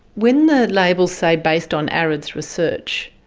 when the labels say based on areds research,